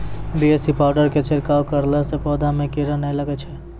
BAC powder के छिड़काव करला से पौधा मे कीड़ा नैय लागै छै?